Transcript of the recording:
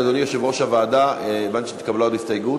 אדוני יושב-ראש הוועדה, הבנתי שהתקבלה הסתייגות?